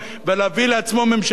ולהביא לעצמו ממשלה,